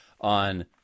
on